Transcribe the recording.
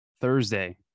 thursday